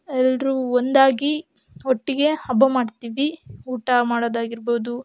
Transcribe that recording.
ಎಲ್ಲರೂ ಒಂದಾಗಿ ಒಟ್ಟಿಗೆ ಹಬ್ಬ ಮಾಡ್ತೀವಿ ಊಟ ಮಾಡೋದಾಗಿರ್ಬೋದು